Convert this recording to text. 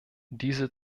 diese